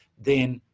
then,